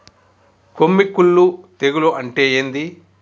కొమ్మి కుల్లు తెగులు అంటే ఏంది?